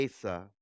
Asa